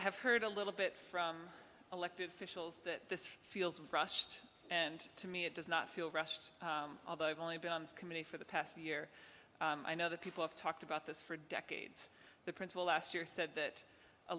have heard a little bit from elected officials that this feels crushed and to me it does not feel rushed although i've only been on this committee for the past year i know that people have talked about this for decades the principal last year said that a